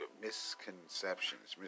misconceptions